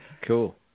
Cool